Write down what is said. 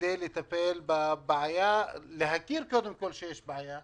כדי לטפל בבעיה, להכיר קודם כול בכך שיש בעיה.